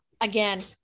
again